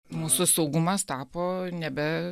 mūsų saugumas tapo nebe